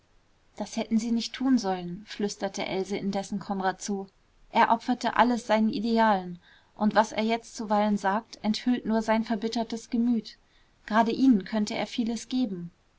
das hätten sie nicht tun sollen flüsterte else indessen konrad zu er opferte alles seinen idealen und was er jetzt zuweilen sagt enthüllt nur sein verbittertes gemüt gerade ihnen könnte er vieles geben